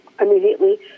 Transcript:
immediately